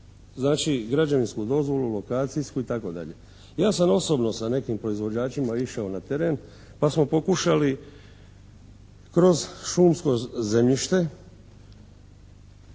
znači građevinsku dozvolu, lokacijsku itd. Ja sam osobno sa nekim proizvođačima išao na teren pa smo pokušali kroz šumsko zemljište,